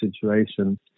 situation